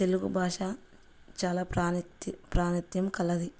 తెలుగు భాష చాలా ప్రాణిత్య ప్రాముఖ్యం కలది